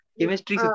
chemistry